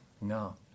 No